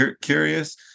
curious